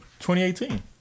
2018